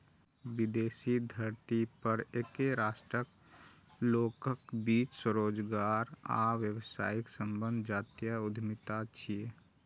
विदेशी धरती पर एके राष्ट्रक लोकक बीच स्वरोजगार आ व्यावसायिक संबंध जातीय उद्यमिता छियै